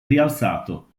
rialzato